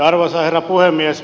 arvoisa herra puhemies